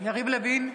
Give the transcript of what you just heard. יריב לוין,